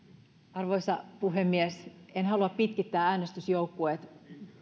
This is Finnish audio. arvoisa puhemies en halua pitkittää äänestysjoukkueet